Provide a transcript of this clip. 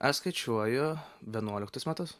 aš skaičiuoju vienuoliktus metus